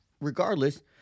regardless